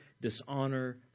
dishonor